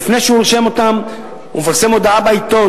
לפני שהוא רושם אותם הוא מפרסם הודעה בעיתון,